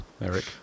Eric